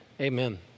Amen